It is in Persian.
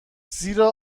زیرا